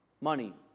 money